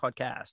podcast